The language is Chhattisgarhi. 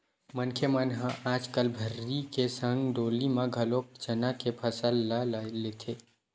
मनखे मन ह आजकल भर्री के संग डोली म घलोक चना के फसल ल लेथे